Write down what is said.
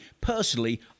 Personally